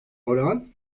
oran